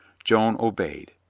joan obeyed.